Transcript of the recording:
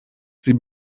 sie